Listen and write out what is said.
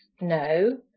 no